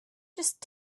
just